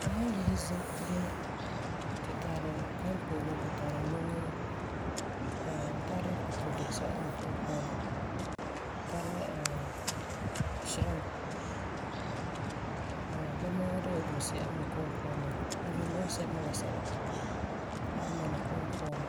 Tu san yese zim bini, tu tari kambote, tu tari loŋo, ɛɛ tara pakute se'ere n boi Ko'om puan la, tara ɛɛn shrimp, ɛɛ hɛɛn, bama woo de la dunsi'a n boi Ko'om puan n bala. Even bunsɛleduma basɛba lagum bɔna Ko'om puan.